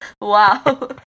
Wow